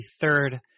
third